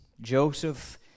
Joseph